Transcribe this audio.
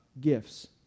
gifts